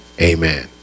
amen